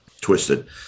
twisted